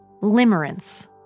limerence